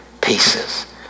pieces